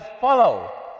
follow